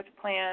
plan